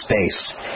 space